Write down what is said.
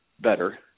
better